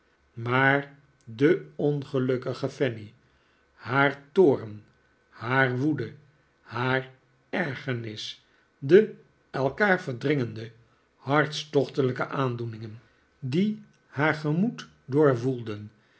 maar de ongelukkige fanny haar toorn haar woede haar ergernis de elkaaf verdringende hartstochtelijke aandoeningen versmade liefde die haar gemoed doorwoelden